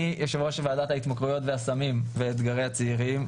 אני יושב-ראש ועדת ההתמכרויות והסמים ואתגרי הצעירים,